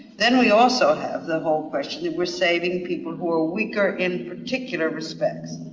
then we also have the whole question that we're saving people who are weaker in particular respects.